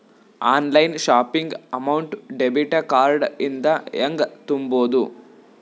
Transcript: Online shopping amount debit card ಇಂದ ಹೆಂಗ್ ತುಂಬೊದು?